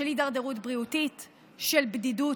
של הידרדרות בריאותית, של בדידות.